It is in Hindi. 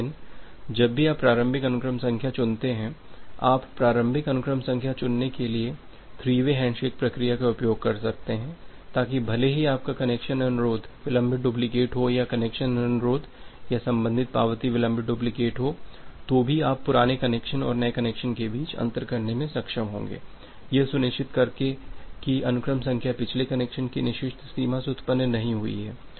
लेकिन जब भी आप प्रारंभिक अनुक्रम संख्या चुनतें हैं आप प्रारंभिक अनुक्रम संख्या चुनने के लिए थ्री वे हैंडशेक प्रक्रिया का उपयोग कर सकते हैं ताकि भले ही आपका कनेक्शन अनुरोध विलंबित डुप्लीकेट हो या कनेक्शन अनुरोध या संबंधित पावती विलंबित डुप्लिकेट हो तो भी आप पुराने कनेक्शन और नए कनेक्शन के बीच अंतर करने में सक्षम होंगे यह सुनिश्चित करके कि अनुक्रम संख्या पिछले कनेक्शन की निषिद्ध सीमा से उत्पन्न नहीं हुई है